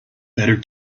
better